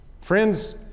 Friends